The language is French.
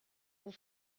pour